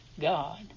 God